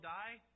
die